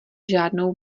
žádnou